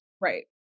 Right